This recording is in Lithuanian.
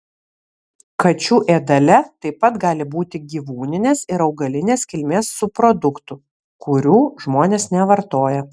kačių ėdale taip pat gali būti gyvūnines ir augalinės kilmės subproduktų kurių žmonės nevartoja